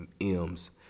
M's